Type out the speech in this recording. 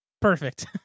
Perfect